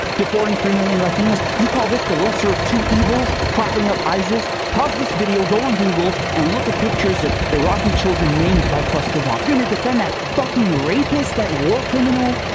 deporting three million latinos? you call this the lesser of two evils? propping up isis? pause this video go on google and look at pictures of iraqi children maimed by cluster bombs. you're going to defend that fuckin rapist? that war criminal?